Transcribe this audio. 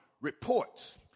reports